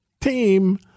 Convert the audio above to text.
team